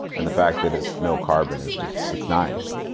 and the fact that it's no-carbon is just, it's nice.